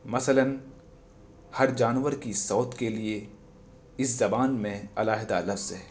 مثلاً ہر جانور کی صوت کے لیے اس زبان میں علیحدہ لفظ ہے